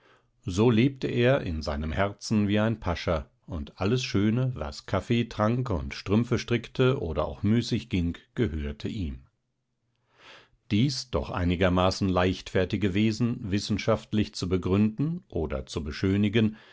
so lebte er in seinem herzen wie ein pascha und alles schöne was kaffee trank und strümpfe strickte oder auch müßig ging gehörte ihm dies doch einigermaßen leichtfertige wesen wissenschaftlich zu begründen oder zu beschönigen